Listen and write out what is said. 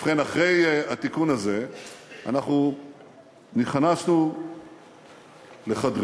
ובכן, אחרי התיקון הזה נכנסנו לחדרי,